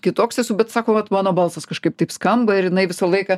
kitoks esu bet sako vat mano balsas kažkaip taip skamba ir jinai visą laiką